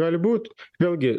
gali būt vėlgi